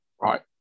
Right